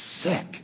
Sick